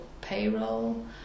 payroll